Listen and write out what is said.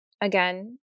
Again